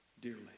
dearly